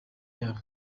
yabo